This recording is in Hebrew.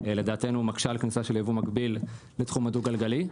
לדעתנו מקשה על כניסה של יבוא מקביל לתחום הדו גלגלי,